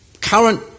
Current